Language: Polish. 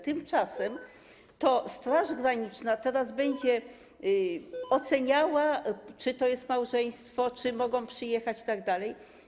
Tymczasem to Straż Graniczna teraz będzie oceniała, czy to jest małżeństwo, czy mogą przyjechać itd.